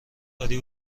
داری